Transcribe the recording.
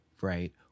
right